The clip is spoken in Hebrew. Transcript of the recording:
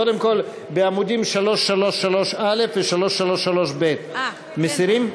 קודם כול, בעמודים 333א ו-333ב מסירים?